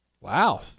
Wow